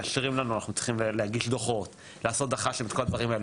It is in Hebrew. אנחנו צריכים להכין דוחות לעשות --- כל הדברים האלה.